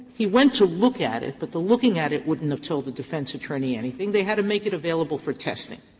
he went to look at it but the looking at it wouldn't have told the defense attorney anything. they had to make it available for testing.